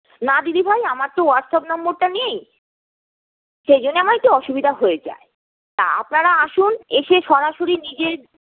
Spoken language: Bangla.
না দিদিভাই আমার তো হোয়াটসঅ্যাপ নাম্বারটা নেই সেই জন্যে আমার একটু অসুবিধা হয়ে যায় তা আপনারা আসুন এসে সরাসরি নিজের